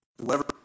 Whoever